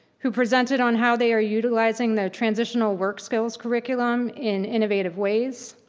who presented on how they are utilizing their transitional work skills curriculum in innovative ways.